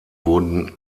wurden